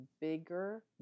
bigger